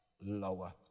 lower